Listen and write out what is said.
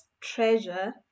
treasure